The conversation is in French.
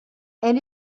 elle